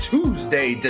Tuesday